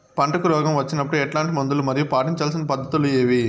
పంటకు రోగం వచ్చినప్పుడు ఎట్లాంటి మందులు మరియు పాటించాల్సిన పద్ధతులు ఏవి?